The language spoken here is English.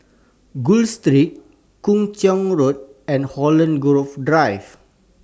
Gul Street Kung Chong Road and Holland Grove Drive